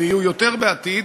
ויהיו יותר בעתיד,